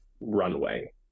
runway